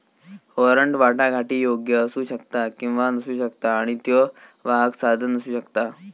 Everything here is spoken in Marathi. वॉरंट वाटाघाटीयोग्य असू शकता किंवा नसू शकता आणि त्यो वाहक साधन असू शकता